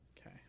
Okay